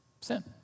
Sin